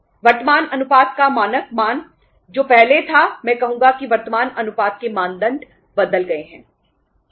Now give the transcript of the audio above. वर्तमान अनुपात का मानक मान जो पहले था मैं कहूंगा कि वर्तमान अनुपात के मानदंड बदल गए हैं